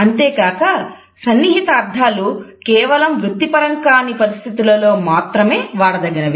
అంతేకాక సన్నిహిత అర్థాలు కేవలం వృత్తిపరం కాని పరిస్థితులలో మాత్రమే వాడదగినవి